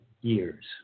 years